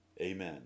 Amen